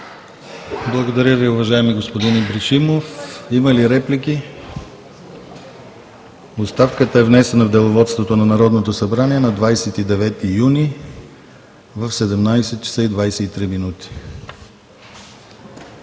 Благодаря Ви, уважаеми господин Ибришимов. Има ли реплики? Оставката е внесена в Деловодството на Народното събрание на 29 юни в 17,23 ч.